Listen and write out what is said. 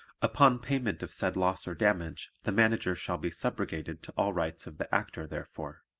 upon payment of said loss or damage the manager shall be subrogated to all rights of the actor therefor.